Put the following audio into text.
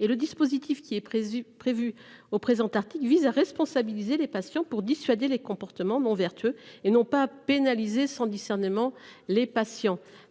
Le dispositif que nous proposons vise à responsabiliser les patients pour dissuader les comportements non vertueux, et non pas à pénaliser sans discernement les patients.